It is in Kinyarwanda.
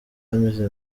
ameze